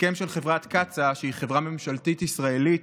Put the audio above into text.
הסכם של חברת קצא"א, שהיא חברה ממשלתית ישראלית,